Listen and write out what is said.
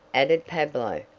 added pablo,